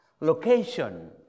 location